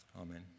Amen